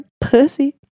pussy